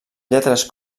lletres